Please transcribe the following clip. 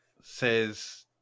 says